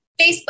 Facebook